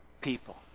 people